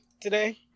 today